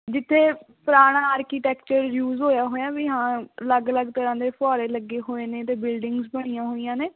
ਜਿੱਥੇ ਪੁਰਾਣਾ architecture use ਹੋਇਆ ਹੋਇਆ ਵੀ ਹਾਂ ਅਲੱਗ ਅਲੱਗ ਤਰ੍ਹਾਂ ਦੇ ਫੁਆਰੇ ਲੱਗੇ ਹੋਏ ਨੇ ਅਤੇ ਬਿਲਡਿੰਗਜ਼ ਬਣੀਆਂ ਹੋਈਆਂ ਨੇ